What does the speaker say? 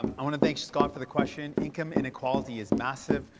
um i want to thank scott for the question. income inequality is massive.